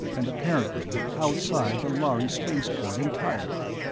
and apparently outside the lhari spaceport entirely.